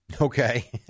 Okay